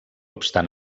obstant